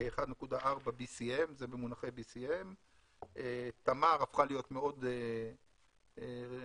כ-1.4 BCM. תמר הפכה להיות מאוד משמעותית,